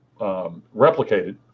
replicated